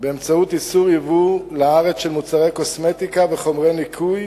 באמצעות איסור ייבוא לארץ של מוצרי קוסמטיקה וחומרי ניקוי